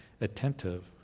attentive